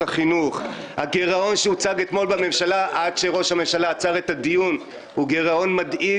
יש דברים יותר חשובים ממה שקורה פה: הבריאות,